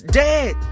dead